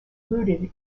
rooted